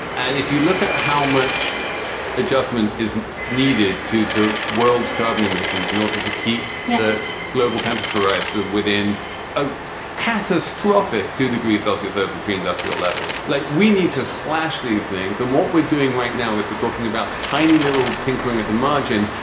and if you look at how much adjustment is needed to the world's carbon emissions in order to keep yeah the global temperature rise to within a catastrophic two degrees celsius over pre-industrial levels, like we need to slash these things. and what we're doing right now is we're talking about tiny little tinkering at the margin.